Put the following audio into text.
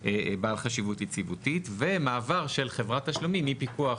כגוף בעל חשיבות יציבותית ומעבר של חברת תשלומים מפיקוח,